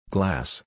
Glass